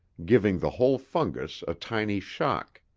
giving the whole fungus a tiny shock.